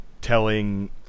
telling